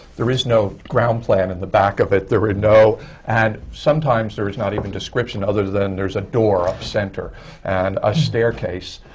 there is no ground plan in the back of it. there are no and sometimes there is not even description other than there's a door up center and a staircase.